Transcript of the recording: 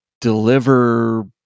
deliver